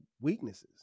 weaknesses